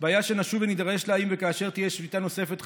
בעיה שנשוב ונידרש לה אם וכאשר תהיה שביתה נוספת,